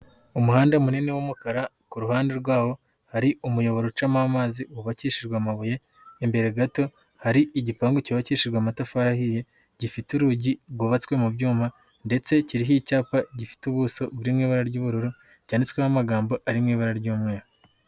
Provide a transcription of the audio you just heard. Umuhanda munini w'umukara, ku ruhande rwawo hari umuyoboro ucamo amazi wubakishijwe amabuye, imbere gato hari igipangu cyubakishijwe amatafari ahiye, gifite urugi rwubatswe mu byuma ndetse kiriho icyapa gifite ubuso buri mu ibara ry'ubururu cyanditsweho amagambo ari mu ibara ry'umweru.